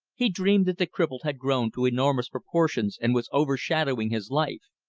he dreamed that the cripple had grown to enormous proportions and was overshadowing his life.